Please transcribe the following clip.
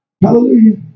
Hallelujah